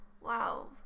wow